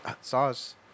sauce